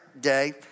day